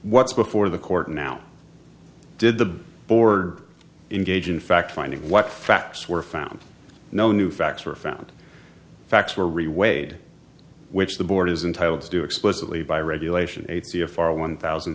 what's before the court now did the board engage in fact finding what facts were found no new facts were found facts were re weighed which the board is entitle to do explicitly by regulation eight c f r one thousand